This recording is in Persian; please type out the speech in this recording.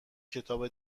کتاب